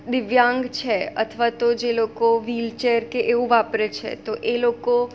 દિવ્યાંગ છે અથવા તો જે લોકો વ્હીલચેર કે એવું વાપરે છે તો એ લોકો